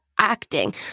acting